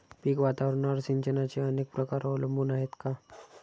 पीक वातावरणावर सिंचनाचे अनेक प्रकार अवलंबून आहेत का?